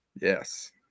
Yes